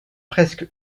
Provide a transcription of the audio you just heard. presque